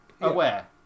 aware